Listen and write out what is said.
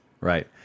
right